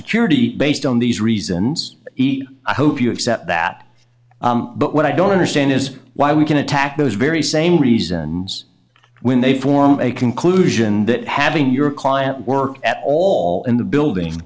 security based on these reasons i hope you accept that but what i don't understand is why we can attack those very same reasons when they form a conclusion that having your client work at all in the building